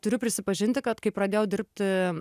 turiu prisipažinti kad kai pradėjau dirbti